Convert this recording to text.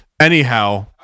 Anyhow